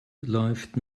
läuft